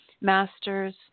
masters